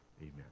Amen